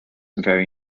vary